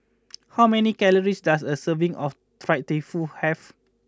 how many calories does a serving of Fried Tofu have